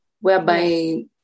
whereby